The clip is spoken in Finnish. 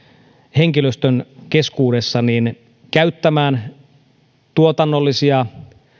henkilöstön keskuudessa käyttämään tuotannollisia